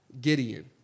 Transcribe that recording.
Gideon